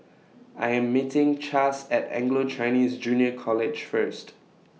I Am meeting Chas At Anglo Chinese Junior College First